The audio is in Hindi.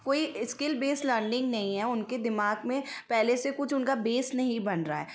कोई स्किल बेस लर्निंग नहीं है उनके दिमाग में पहले से कुछ उनका बेस नहीं बन रहा है